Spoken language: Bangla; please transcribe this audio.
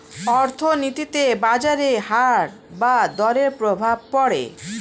অর্থনীতিতে বাজারের হার বা দরের প্রভাব পড়ে